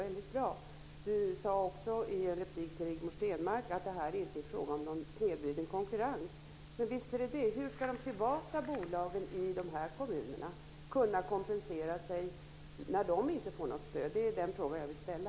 Leif Jakobsson sade också i en replik till Rigmor Stenmark att det här inte är fråga om någon snedvriden konkurrens. Men visst är det det. Hur ska de privata bolagen i de här kommunerna kunna kompensera sig när de inte får något stöd? Det är den fråga som jag vill ställa.